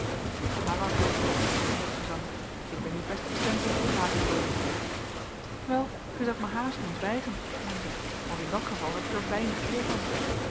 ga maar voort zeide ik tot suzanna ik ben nu best gestemd om geplaagd te worden wel gij zoudt mij haast doen zwijgen hernam zij want in dat geval heb ik er weinig eer van